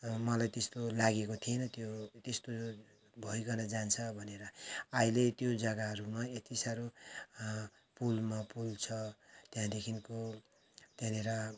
मलाई त्यस्तो लागेको थिएन त्यो त्यस्तो भइकन जान्छ भनेर अहिले त्यो जग्गाहरूमा यति साह्रो पुलमा पुल छ त्यहाँदेखिन्को त्यहाँनिर